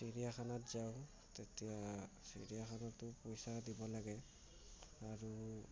চিৰিয়াখানাত যাওঁ তেতিয়া চিৰিয়াখানাটো পইচা দিব লাগে আৰু